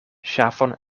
ŝafon